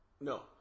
No